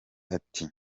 ati